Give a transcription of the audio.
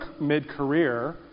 mid-career